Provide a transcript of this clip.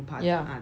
yeah